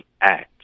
act